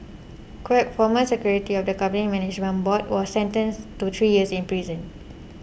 Quek former secretary of the company's management board was sentenced to three years in prison